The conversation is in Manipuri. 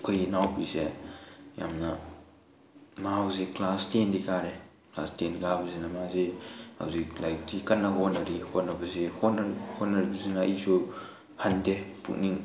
ꯑꯩꯈꯣꯏ ꯏꯅꯥꯎꯄꯤꯁꯦ ꯌꯥꯝꯅ ꯃꯥ ꯍꯧꯖꯤꯛ ꯀ꯭ꯂꯥꯁ ꯇꯦꯟꯗꯤ ꯀꯥꯔꯦ ꯀ꯭ꯂꯥꯁ ꯇꯦꯟ ꯀꯥꯕꯁꯤꯗ ꯃꯥꯁꯦ ꯍꯧꯖꯤꯛ ꯂꯥꯏꯔꯤꯛꯁꯤ ꯀꯟꯅ ꯍꯣꯠꯅꯔꯤ ꯍꯣꯠꯅꯕꯁꯤ ꯍꯣꯠꯅꯔꯤꯕꯁꯤꯅ ꯑꯩꯁꯨ ꯍꯟꯗꯦ ꯄꯨꯛꯅꯤꯡ